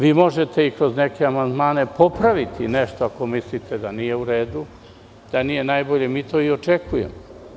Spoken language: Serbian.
Vi možete i kroz neke amandmane popraviti nešto, ako mislite da nije u redu da nije najbolje, mi to i očekujemo.